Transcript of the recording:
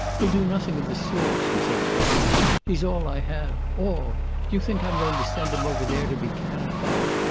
he'll do nothing of the sort, she said sharply. he's all i have. all. do you think i'm going to send him over there to be cannon-fodder?